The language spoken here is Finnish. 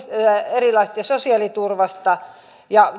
erilaisesta sosiaaliturvasta ja